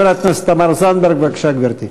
חברת הכנסת תמר זנדברג, בבקשה, גברתי.